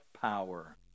power